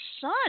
son